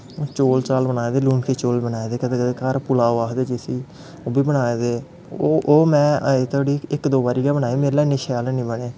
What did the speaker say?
हून चौल चाल बनाए दे लूनके चौल बनाए दे कदें कदें घर पोलाओ आखदे जिसी ओह् बी बनाए दे ओह् ओह् में अजें धोड़ी इक दो बारी गै बनाए मेरे कोला हैनी शैल हैनी बने